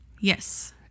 Yes